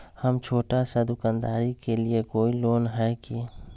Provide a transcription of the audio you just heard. हम छोटा सा दुकानदारी के लिए कोई लोन है कि?